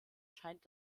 scheint